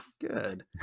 good